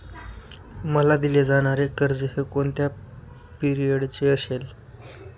मला दिले जाणारे कर्ज हे कोणत्या पिरियडचे असेल?